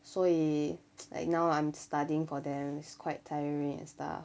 所以 like now I'm studying for them it's quite tiring and stuff